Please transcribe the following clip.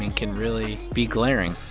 and can really be glaring.